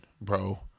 bro